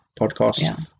podcast